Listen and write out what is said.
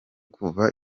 kuva